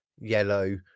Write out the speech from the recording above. yellow